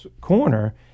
corner